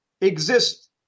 exist